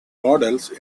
models